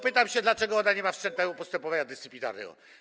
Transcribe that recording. Pytam się: Dlaczego ona nie ma wszczętego postępowania dyscyplinarnego?